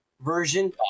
version